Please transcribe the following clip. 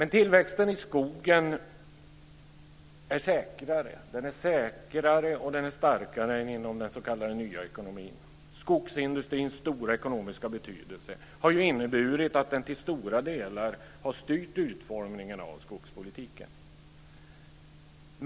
Tillväxten i skogen är säkrare och starkare än inom den s.k. nya ekonomin. Skogsindustrins stora ekonomiska betydelse har inneburit att den till stora delar har styrt utformningen av skogspolitiken.